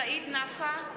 סעיד נפאע,